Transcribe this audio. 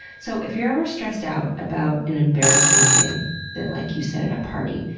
so if you're ever stressed out about an embarrassing thing that like you said at a party,